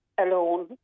alone